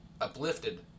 uplifted